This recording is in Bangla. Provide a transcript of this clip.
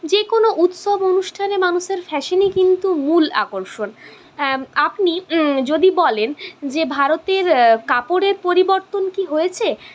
যে কোনো উৎসব অনুষ্ঠানে মানুষের ফ্যাশনই কিন্তু মূল আকর্ষণ আপনি যদি বলেন যে ভারতের কাপড়ের পরিবর্তন কী হয়েছে